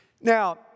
Now